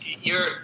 you're-